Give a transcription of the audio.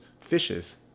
fishes